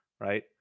right